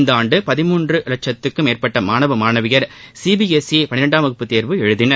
இவ்வாண்டு பதின்மூன்று வட்சத்திற்கும் மேற்பட்ட மாணவ மாணவியர் சிபிஎஸ்இ பன்னிரண்டாம் வகுப்பு தேர்வு எழுதினர்